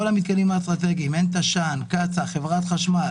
כל המתקנים האסטרטגיים תש"ן, קצא"א, חברת החשמל